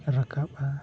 ᱨᱟᱠᱟᱵᱼᱟ